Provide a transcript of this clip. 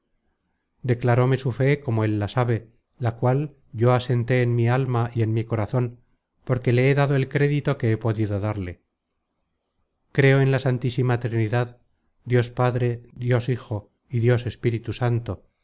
acostumbran declaróme su fe como él la sabe la cual yo asenté en mi alma y en mi corazon donde le he dado el crédito que he podido darle creo en la santísima trinidad dios padre dios hijo y dios espíritu santo